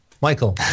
Michael